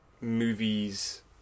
movies